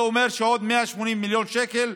זה אומר שעוד 180 מיליון שקלים,